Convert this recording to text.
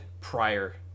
prior